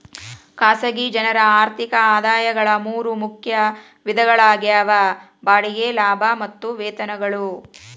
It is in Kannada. ಖಾಸಗಿ ಜನರ ಆರ್ಥಿಕ ಆದಾಯಗಳ ಮೂರ ಮುಖ್ಯ ವಿಧಗಳಾಗ್ಯಾವ ಬಾಡಿಗೆ ಲಾಭ ಮತ್ತ ವೇತನಗಳು